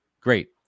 Great